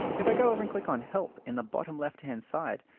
if i go over and click on help in the bottom left-hand side,